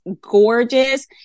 gorgeous